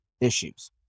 issues